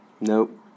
Nope